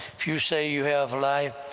if you say you have life,